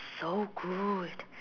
so good